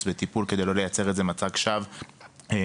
של טיפול כדי לא לייצר מצג שווא לסטודנטים.